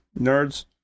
nerds